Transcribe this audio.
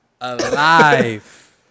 alive